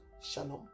Shalom